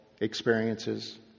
experiences